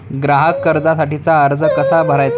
ग्राहक कर्जासाठीचा अर्ज कसा भरायचा?